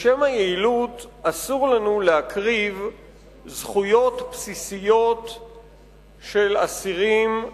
בשם היעילות אסור לנו להקריב זכויות בסיסיות של אסירים,